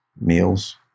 meals